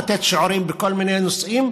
לתת שיעורים בכל מיני נושאים,